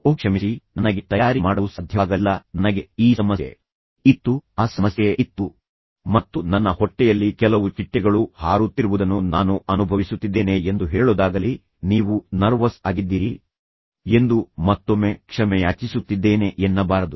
ಓಹ್ ಕ್ಷಮಿಸಿ ನನಗೆ ತಯಾರಿ ಮಾಡಲು ಸಾಧ್ಯವಾಗಲಿಲ್ಲ ನನಗೆ ಈ ಸಮಸ್ಯೆ ಇತ್ತು ಆ ಸಮಸ್ಯೆ ಇತ್ತು ಮತ್ತು ನನ್ನ ಹೊಟ್ಟೆಯಲ್ಲಿ ಕೆಲವು ಚಿಟ್ಟೆಗಳು ಹಾರುತ್ತಿರುವುದನ್ನು ನಾನು ಅನುಭವಿಸುತ್ತಿದ್ದೇನೆ ಎಂದು ಹೇಳೊದಾಗಲಿ ನೀವು ನರ್ವಸ್ ಆಗಿದ್ದೀರಿ ಎಂದು ಮತ್ತೊಮ್ಮೆ ಕ್ಷಮೆಯಾಚಿಸುತ್ತಿದ್ದೇನೆ ಎನ್ನಬಾರದು